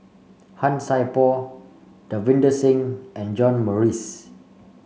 Han Sai Por Davinder Singh and John Morrice